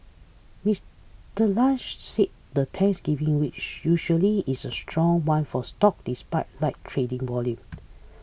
Mister Lynch said the Thanksgiving week usually is a strong one for stock despite light trading volume